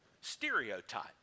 stereotype